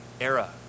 era